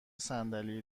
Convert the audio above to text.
صندلی